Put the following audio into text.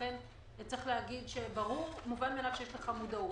ולכן צריך להגיד שברור ומובן מאליו שיש לך מודעות.